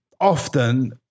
often